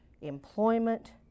employment